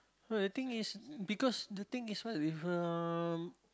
no the thing is because the thing is